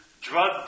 drug